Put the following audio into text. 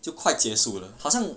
就快结束了好像